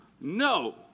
No